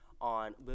on